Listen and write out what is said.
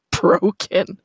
broken